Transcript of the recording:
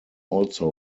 also